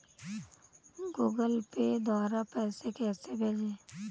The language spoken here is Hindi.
गूगल पे द्वारा पैसे कैसे भेजें?